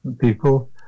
people